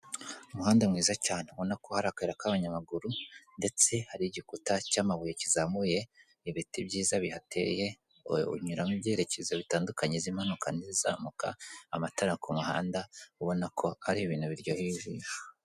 Umuhanda mwiza cyane ubona ko hari akayira k'abanyamaguru, ndetse hari igikuta cy'amabuye kizamuye, ibiti byiza bihateye. Unyuramo ibyerekezo bitandukanye ; izimanuka n'izizamuka, amatara ku muhanda ubona ko ari ibintu biryoheye ijisho.